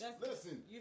Listen